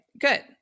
good